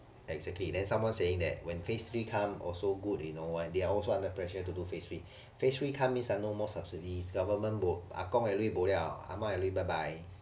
exactly there's someone saying that when phase three come also good you know why they are also under pressure to do phase three phase three come means ah no more subsidies government bo 阿公 eh lui bo liao 阿嫲 eh lui bye bye